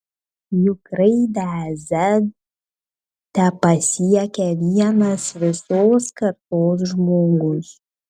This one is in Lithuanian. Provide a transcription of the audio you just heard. juk raidę z tepasiekia vienas visos kartos žmogus